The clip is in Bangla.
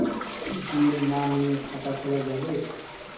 এ.টি.এম না নিয়ে খাতা খোলা যাবে?